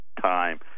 time